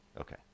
Okay